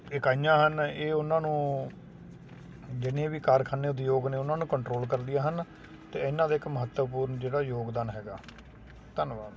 ਇਕਾਈਆਂ ਹਨ ਇਹ ਉਨ੍ਹਾਂ ਨੂੰ ਜਿੰਨੇ ਵੀ ਕਾਰਖਾਨੇ ਉਦਯੋਗ ਨੇ ਉਨ੍ਹਾਂ ਨੂੰ ਕੰਟਰੋਲ ਕਰਦੀਆਂ ਹਨ ਅਤੇ ਇਨ੍ਹਾਂ ਦੇ ਇੱਕ ਮਹੱਤਵਪੂਰਨ ਜਿਹੜਾ ਯੋਗਦਾਨ ਹੈਗਾ ਧੰਨਵਾਦ